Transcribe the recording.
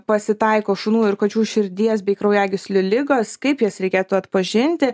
pasitaiko šunų ir kačių širdies bei kraujagyslių ligos kaip jas reikėtų atpažinti